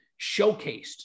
showcased